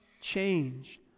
change